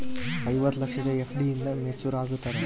ಐವತ್ತು ಲಕ್ಷದ ಎಫ್.ಡಿ ಎಂದ ಮೇಚುರ್ ಆಗತದ?